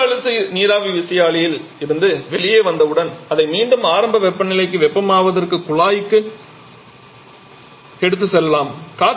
இந்த உயர் அழுத்த நீராவி விசையாழியில் இருந்து வெளியே வந்தவுடன் அதை மீண்டும் ஆரம்ப வெப்பநிலைக்கு வெப்பமாக்குவதற்கு குழாய்க்கு எடுத்துச் செல்லலாம்